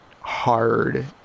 hard